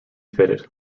fitted